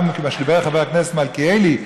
גם מה שאמר חבר הכנסת מלכיאלי,